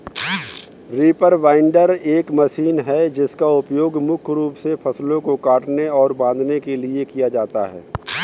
reaper binder एक machine है जिसका उपयोग मुख्य रूप से फसलों को काटने और बांधने के लिए किया जाता है